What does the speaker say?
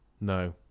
No